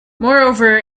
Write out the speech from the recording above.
moreover